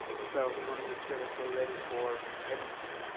so, we want to make sure that we're ready for everything,